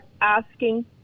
asking